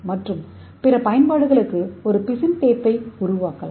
மற்றும் பிற பயன்பாடுகளுக்கு ஒரு பிசின் டேப்பை உருவாக்கலாம்